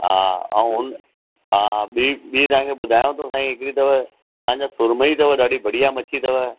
हा ऐं उन हा ॿी ॿी साईं तव्हांखे ॿुधायां थो साईं हिकिड़ी अथव तव्हांजो सुरमयी अथव ॾाढी बढ़िया मछी अथव